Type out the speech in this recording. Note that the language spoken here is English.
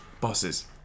bosses